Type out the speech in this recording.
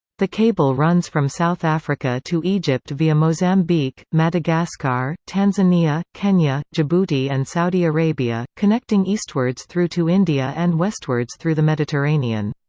the cable runs from south africa to egypt via mozambique, madagascar, tanzania, kenya, djibouti and saudi arabia, connecting eastwards through to india and westwards through the mediterranean.